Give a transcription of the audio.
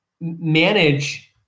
manage